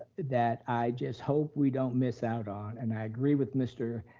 that i just hope we don't miss out on, and i agree with mr.